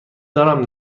دارم